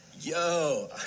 Yo